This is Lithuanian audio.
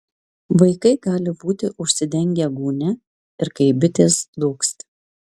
vaikai gali būti užsidengę gūnia ir kaip bitės dūgzti